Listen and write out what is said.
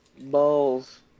balls